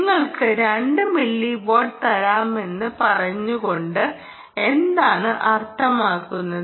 നിങ്ങൾക്ക് 2 milliwatt തരാമെന്ന് പറഞ്ഞുകൊണ്ട് എന്താണ് അർത്ഥമാക്കുന്നത്